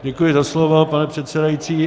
Děkuji za slovo, pane předsedající.